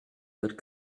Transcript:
that